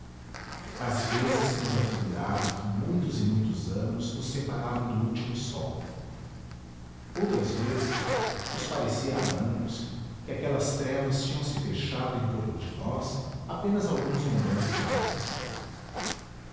às vezes se nos afigurava que muitos e muitos anos nos separavam do último sol outras vezes nos parecia a ambos que aquelas trevas tinham-se fechado em torno de nós apenas alguns momentos antes